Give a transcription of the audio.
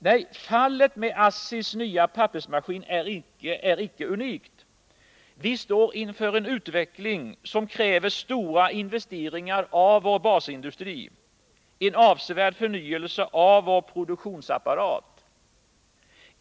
Nej, fallet med ASSI:s nya pappersmaskin är icke unikt. Vi står inför en utveckling som kräver stora investeringar i vår basindustri, en avsevärd förnyelse av vår produktionsapparat.